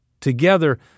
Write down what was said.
Together